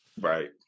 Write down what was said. Right